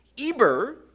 Eber